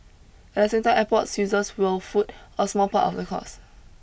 at the same time airports users will foot a small part of the cost